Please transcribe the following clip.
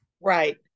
Right